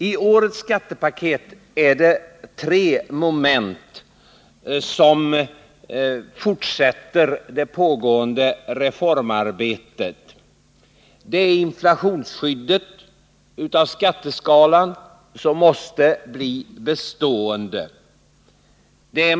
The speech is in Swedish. I årets skattepaket är det tre moment som fortsätter det pågående reformarbetet: 1. Inflationsskyddet av skatteskalan måste bli bestående. 2.